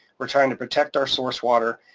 we're trying to protect our source water,